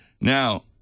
Now